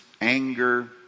anger